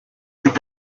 mit